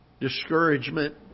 discouragement